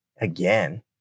again